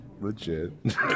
Legit